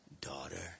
daughter